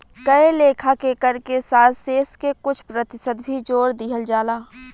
कए लेखा के कर के साथ शेष के कुछ प्रतिशत भी जोर दिहल जाला